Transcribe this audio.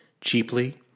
cheaply